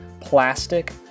plastic